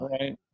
Right